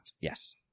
Yes